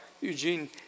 Eugene